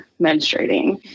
menstruating